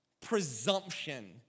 presumption